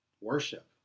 worship